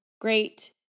great